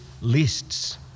lists